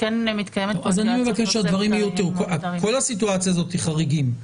כל הסיטואציה הזאת היא חריגים.